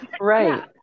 right